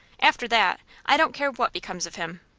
after that i don't care what becomes of him.